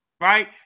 right